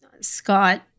Scott